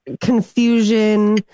confusion